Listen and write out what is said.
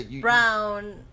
brown